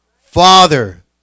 Father